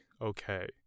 okay